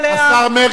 השר מרגי,